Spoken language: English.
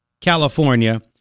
California